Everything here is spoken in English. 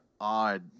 odd